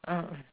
mm